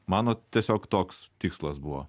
mano tiesiog toks tikslas buvo